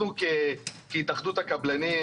אנחנו כהתאחדות הקבלנים,